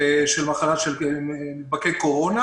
של נדבקי קורונה